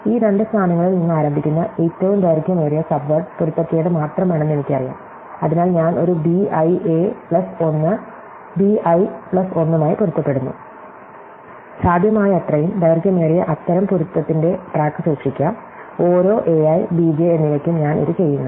ഈ രണ്ട് സ്ഥാനങ്ങളിൽ നിന്ന് ആരംഭിക്കുന്ന ഏറ്റവും ദൈർഘ്യമേറിയ സബ്വേഡ് പൊരുത്തക്കേട് മാത്രമാണെന്ന് എനിക്കറിയാം അതിനാൽ ഞാൻ ഒരു B I A plus 1 B I plus 1 മായി പൊരുത്തപ്പെടുന്നു സാധ്യമായത്രയും ദൈർഘ്യമേറിയ അത്തരം പൊരുത്തത്തിന്റെ ട്രാക്ക് സൂക്ഷിക്കാം ഓരോ എ ഐ ബി ജെ എന്നിവയ്ക്കും ഞാൻ ഇത് ചെയ്യുന്നു